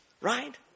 right